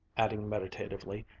adding meditatively,